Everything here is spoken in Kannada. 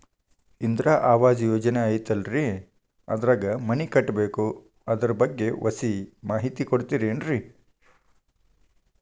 ಇಂದಿರಾ ಆವಾಸ ಯೋಜನೆ ಐತೇಲ್ರಿ ಅದ್ರಾಗ ಮನಿ ಕಟ್ಬೇಕು ಅದರ ಬಗ್ಗೆ ಒಸಿ ಮಾಹಿತಿ ಕೊಡ್ತೇರೆನ್ರಿ?